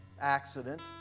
accident